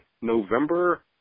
November